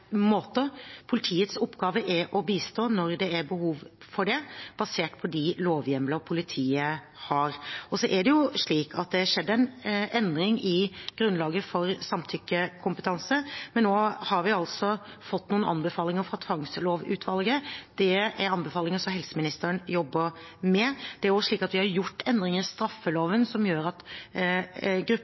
Politiets oppgave er å bistå når det er behov for det, basert på de lovhjemler politiet har. Det har skjedd en endring i grunnlaget for samtykkekompetanse, men nå har vi altså fått noen anbefalinger fra tvangslovutvalget. Det er anbefalinger som helseministeren jobber med. Vi har også gjort endringer i straffeloven, som gjør at